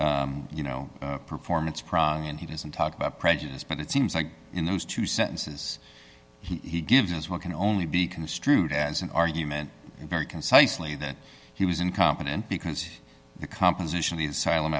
about you know performance prior and he doesn't talk about prejudice but it seems like in those two sentences he gives us what can only be construed as an argument very concisely that he was incompetent because the composition is silent